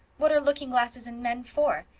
what are looking glasses and men for?